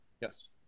Yes